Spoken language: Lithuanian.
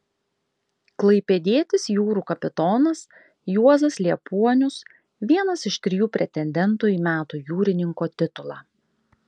klaipėdietis jūrų kapitonas juozas liepuonius vienas iš trijų pretendentų į metų jūrininko titulą